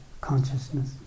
consciousness